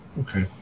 okay